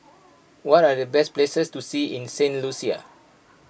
what are the best places to see in Saint Lucia